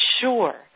sure